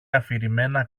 αφηρημένα